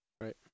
Right